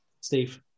Steve